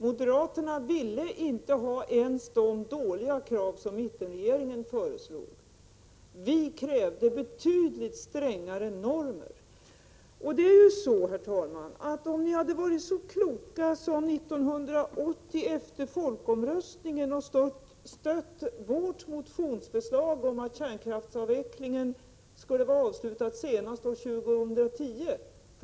Moderaterna ville inte ha ens de låga krav som mittenregeringen föreslog. Vi krävde betydligt strängare normer. Om ni hade varit kloka hade ni 1980 efter folkomröstningen stött vårt motionsförslag om att kärnkraftsavvecklingen skulle vara avslutad senast år 2010.